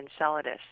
Enceladus